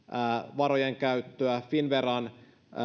varojen käyttöä finnveran